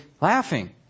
laughing